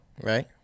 right